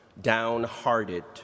downhearted